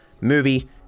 movie